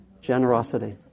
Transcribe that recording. Generosity